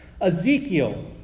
Ezekiel